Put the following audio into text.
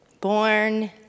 born